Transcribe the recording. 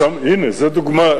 הנה, זאת דוגמה.